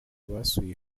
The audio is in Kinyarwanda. basuye